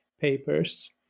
papers